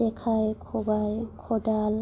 जेखाइ खबाइ खदाल